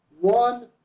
one